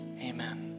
Amen